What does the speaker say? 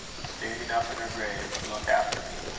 standing up in her grave, to look after me.